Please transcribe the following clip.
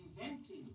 inventing